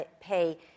pay